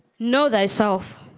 know thyself